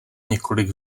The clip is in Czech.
několik